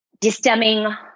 distemming